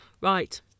Right